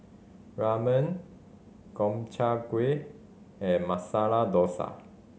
Ramen Gobchang Gui and Masala Dosa